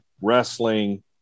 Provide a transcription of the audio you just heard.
wrestling